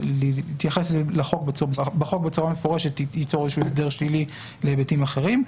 להתייחס בחוק בצורה מפורשת ייצור איזה שהוא הסדר שלילי להיבטים אחרים,